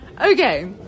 Okay